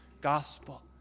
gospel